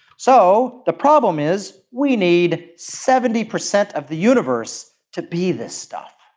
so the problem is we need seventy percent of the universe to be this stuff.